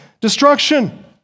destruction